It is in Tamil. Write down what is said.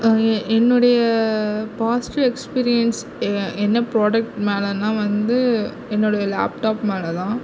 என்னுடைய பாசிட்டிவ் எக்ஸ்பிரியன்ஸ் என்ன ப்ரோடக்ட் மேலனால் வந்து என்னுடைய லாப்டாப் மேல்தான்